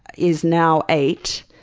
is now eight,